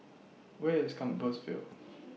Where IS Compassvale